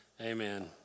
Amen